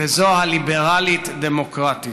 וזו הליברלית-דמוקרטית.